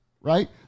right